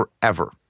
forever